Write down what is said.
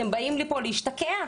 אתם באים לפה להשתקע?